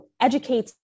educates